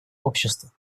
общества